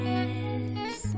Yes